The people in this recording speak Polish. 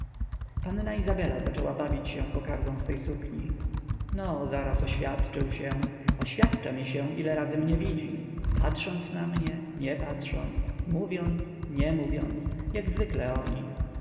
panna izabela zaczęła bawić się kokardą swej sukni no zaraz oświadczył się oświadcza mi się ile razy mnie widzi patrząc na mnie nie patrząc mówiąc nie mówiąc jak zwykle oni